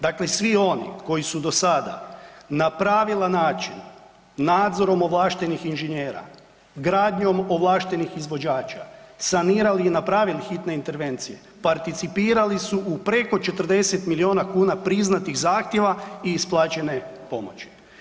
Dakle, svi oni koji su dosada na pravilan način nadzorom ovlaštenih inženjera, gradnjom ovlaštenih izvođača sanirali i napravili hitne intervencije, participirali su u preko 40 milijuna kuna priznatih zahtjeva i isplaćene pomoći.